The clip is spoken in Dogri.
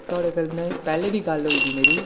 तुआढ़े कन्नै पैहले ्बी गल्ल होई दी मेरी